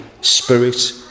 Spirit